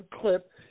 clip